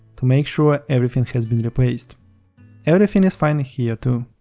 to make sure everything has been replaced everything is fine here too.